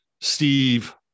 Steve